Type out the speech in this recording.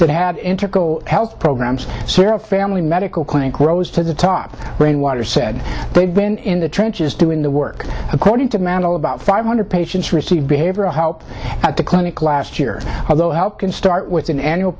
that had health programs where family medical clinic rose to the top rainwater said they'd been in the trenches doing the work according to mandel about five hundred patients received behavioral help at the clinic last year although how can start with an annual